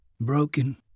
broken